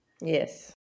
Yes